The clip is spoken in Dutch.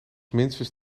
minstens